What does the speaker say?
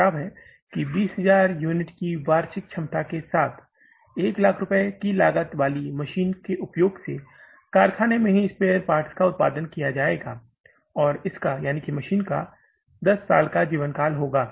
एक प्रस्ताव है कि 20000 यूनिट की वार्षिक क्षमता के साथ 100000 रुपये की लागत वाली मशीन के उपयोग से कारखाने में ही स्पेयर पार्ट्स का उत्पादन किया जाएगा और इसका मशीन 10 साल का जीवन होगा